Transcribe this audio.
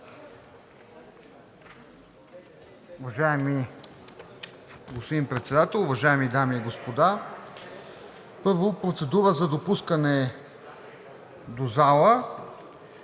Уважаеми господин Председател, уважаеми дами и господа! Първо, процедура за допускане до залата